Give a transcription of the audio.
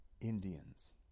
Indians